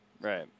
Right